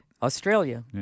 Australia